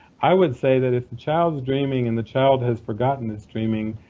i would say that if a child is dreaming and the child has forgotten it's dreaming,